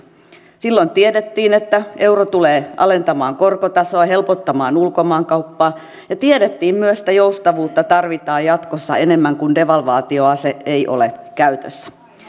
silloin tiedettiin että euro tulee alentamaan korkotasoa helpottamaan ulkomaankauppaa ja tiedettiin myös että joustavuutta tarvitaan jatkossa enemmän kun devalvaatioase ei ole käytössä